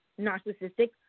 narcissistic